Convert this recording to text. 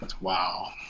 Wow